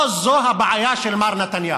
לא זאת הבעיה של מר נתניהו.